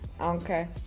okay